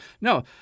No